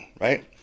right